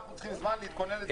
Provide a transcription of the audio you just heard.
אנחנו צריכים זמן להתכונן לדיון.